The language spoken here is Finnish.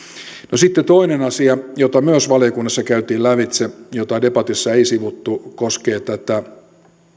no sitten toinen asia jota myös valiokunnassa käytiin lävitse mutta jota debatissa ei sivuttu koskee tätä